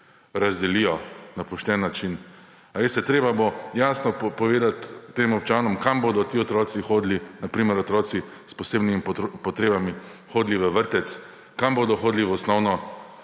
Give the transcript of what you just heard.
razdelijo na pošten način? Veste, treba bo jasno povedati tem občanom, kam bodo ti otroci, na primer otroci s posebnimi potrebami, hodili v vrtec, kam bodo hodili v osnovno